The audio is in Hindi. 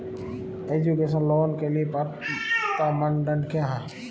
एजुकेशन लोंन के लिए पात्रता मानदंड क्या है?